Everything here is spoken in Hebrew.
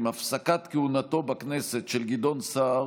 עם הפסקת כהונתו בכנסת של גדעון סער